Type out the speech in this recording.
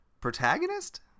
protagonist